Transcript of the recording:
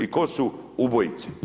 I tko su ubojice.